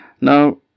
Now